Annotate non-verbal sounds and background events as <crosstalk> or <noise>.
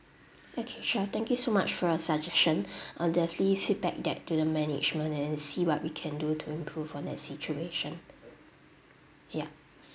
okay sure thank you so much for your suggestion <breath> I'll definitely feedback that to the management and then see what we can do to improve on that situation ya